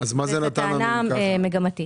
וזאת טענה מגמתית.